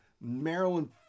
Maryland